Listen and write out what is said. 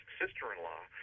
sister-in-law